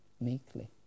meekly